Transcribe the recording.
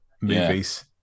movies